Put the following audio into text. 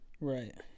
Right